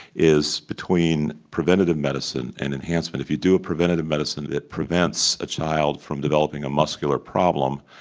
is between preventative medicine and enhancement. if you do a preventative medicine it prevents a child from developing a muscular problem,